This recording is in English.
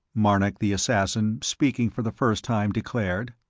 marnik the assassin, speaking for the first time, declared.